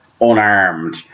unarmed